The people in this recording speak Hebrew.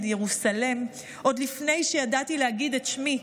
ירוסלם עוד לפני שידעתי להגיד את שמי.